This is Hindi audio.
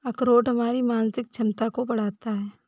अखरोट हमारी मानसिक क्षमता को बढ़ाता है